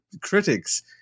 critics